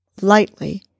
lightly